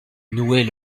nouait